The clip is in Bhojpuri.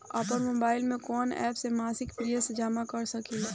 आपनमोबाइल में कवन एप से मासिक प्रिमियम जमा कर सकिले?